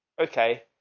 okay,